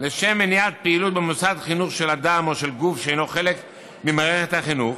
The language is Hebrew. לשם מניעת פעילות במוסד חינוך של אדם או של גוף שאינו חלק ממערכת החינוך